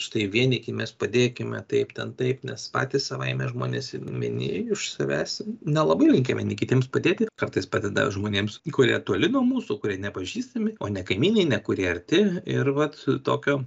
štai vienykimės padėkime taip ten taip nes patys savaime žmonės vieni iš savęs nelabai linkę vieni kitiems padėti kartais padeda žmonėms kurie toli nuo mūsų kurie nepažįstami o ne kaimynai ne kurie arti ir vat tokio